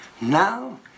Now